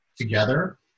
together